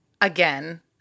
again